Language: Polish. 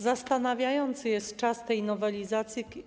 Zastanawiający jest czas tej nowelizacji.